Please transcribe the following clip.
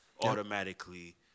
automatically